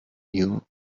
new